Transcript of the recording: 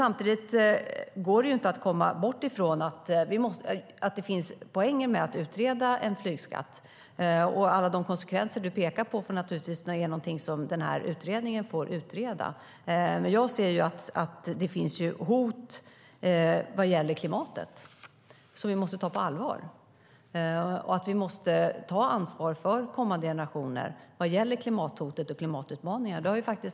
Samtidigt går det inte att komma ifrån att det finns poänger med att utreda en flygskatt. Alla de konsekvenser du pekar på, Edward Riedl, är naturligtvis något som utredningen får utreda. Jag ser att det finns hot vad gäller klimatet som vi måste ta på allvar. Vi måste ta ansvar för kommande generationer när det gäller klimathotet och klimatutmaningarna.